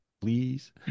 please